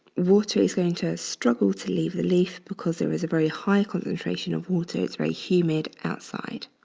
water is going to struggle to leave the leaf because there is a very high concentration of water, it's very humid outside.